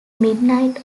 midnight